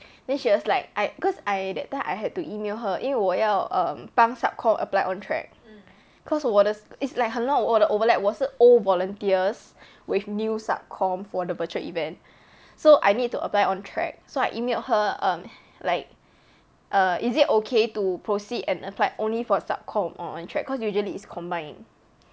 then she was like I cause I that time I had to email her 因为我要 um 帮 sub comm apply ontrac cause 我的 is like 很乱很多的 overlap 我是 old volunteers with new sub comm for the virtual event so I need to apply ontrac so I emailed her um like err is it okay to proceed and apply only for sub com on ontrac cause usually is combined